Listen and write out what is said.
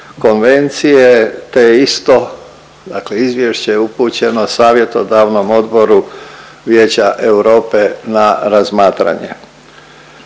konvencije, te je isto dakle izvješće upućeno Savjetodavnom odboru Vijeća Europe na razmatranje.